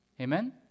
Amen